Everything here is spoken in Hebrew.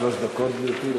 שלוש דקות, גברתי.